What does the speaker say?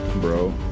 bro